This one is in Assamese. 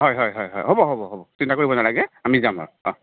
হয় হয় হয় হয় হ'ব হ'ব হ'ব চিন্তা কৰিব নালাগে আমি যাম আৰু অ